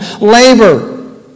labor